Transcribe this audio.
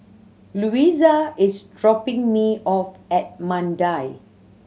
Louisa is dropping me off at Mandai